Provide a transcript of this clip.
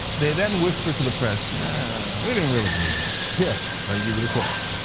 they then whisper to the press we didn't really mean it. here, let me give you the quotes.